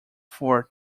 four